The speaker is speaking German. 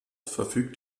verfügt